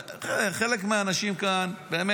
חלק מהאנשים כאן, אני